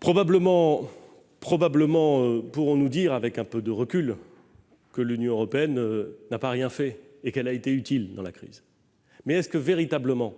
Probablement pourrons-nous affirmer avec un peu de recul que l'Union européenne n'a pas rien fait et qu'elle a été utile dans la crise. Mais est-ce que, véritablement,